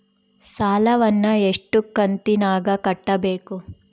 ಸಾಲವನ್ನ ಎಷ್ಟು ಕಂತಿನಾಗ ಕಟ್ಟಬೇಕು?